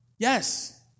Yes